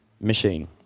machine